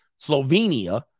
Slovenia